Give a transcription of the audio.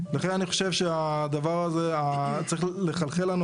לכן אני חושב שהדבר הזה צריך לחלחל לנו